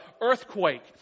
earthquake